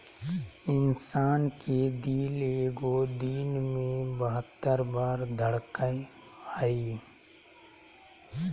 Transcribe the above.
इंसान के दिल एगो दिन मे बहत्तर बार धरकय हइ